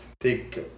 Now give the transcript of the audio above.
take